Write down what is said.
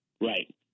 Right